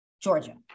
Georgia